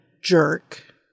jerk